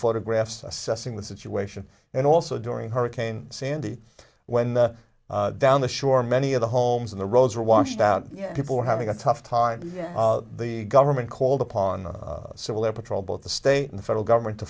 photographs assessing the situation and also during hurricane sandy when the down the shore many of the homes and the roads are washed out people are having a tough time the government called upon the civil air patrol both the state and federal government to